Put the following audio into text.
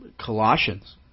Colossians